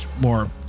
more